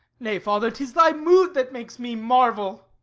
nay, father, tis thy mood that makes me marvel!